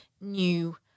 new